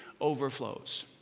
overflows